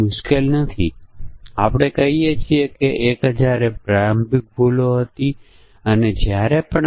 ઉદાહરણ તરીકે અહીંની એક સ્થિતિ જો c 1 અને c 2 અથવા c 3 હોઈ શકે છે તેથી c 1 c 2 c 3 ઇનપુટ પરિમાણો છે